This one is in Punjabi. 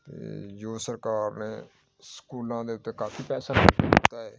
ਅਤੇ ਜੋ ਸਰਕਾਰ ਨੇ ਸਕੂਲਾਂ ਦੇ ਉੱਤੇ ਕਾਫੀ ਪੈਸਾ ਖਰਚ ਕੀਤਾ ਹੈ